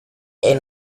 ein